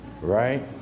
Right